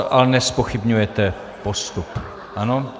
Ale nezpochybňujete postup, ano?